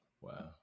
Wow